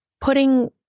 putting